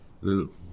little